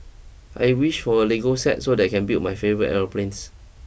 I wished for a Lego set so that I can build my favourite aeroplanes